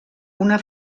una